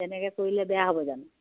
তেনেকে কৰিলে বেয়া হ'ব জানো